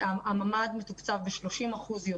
הממ"ד מתוקצב ב-30% יותר,